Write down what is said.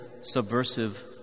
subversive